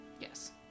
Yes